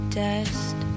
dust